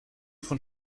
von